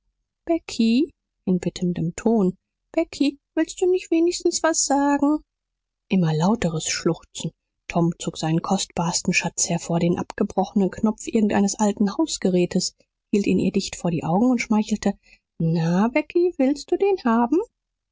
becky in bittendem ton becky willst du nicht wenigstens was sagen immer lauteres schluchzen tom zog seinen kostbarsten schatz hervor den abgebrochenen knopf irgend eines alten hausgerätes hielt ihn ihr dicht vor die augen und schmeichelte na becky willst du den haben